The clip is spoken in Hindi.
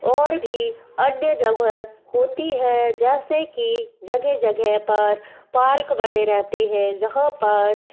और भी अन्य जगह होती हैं जैसे कि जगह जगह पर पार्क बने रहते हैं जहाँ पर